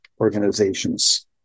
organizations